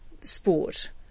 sport